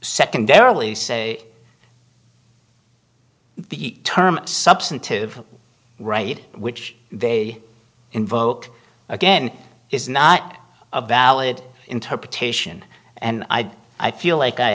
secondarily say the term substantive right which they invoke again is not a valid interpretation and i i feel like i